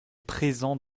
présent